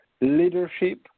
leadership